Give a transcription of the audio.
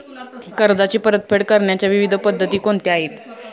कर्जाची परतफेड करण्याच्या विविध पद्धती कोणत्या आहेत?